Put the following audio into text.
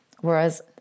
Whereas